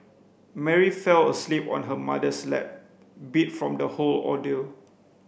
Mary fell asleep on her mother's lap beat from the whole ordeal